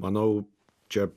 manau čia